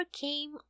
came